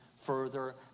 further